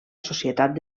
societat